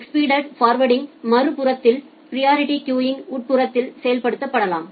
expedited forwarding மறுபுறத்தில் priority queuing உட்புறத்தில் செயல்படுத்தப்படலாம்